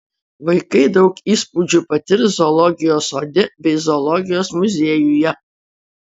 vaikai daug įspūdžių patirs zoologijos sode bei zoologijos muziejuje